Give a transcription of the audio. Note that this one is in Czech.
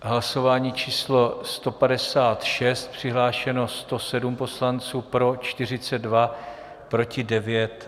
V hlasování číslo 156 přihlášeno 107 poslanců, pro 42, proti 9.